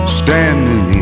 standing